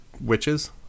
witches